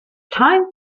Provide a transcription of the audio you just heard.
time